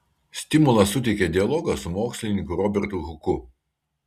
stimulą suteikė dialogas su mokslininku robertu huku